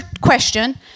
question